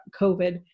COVID